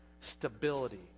stability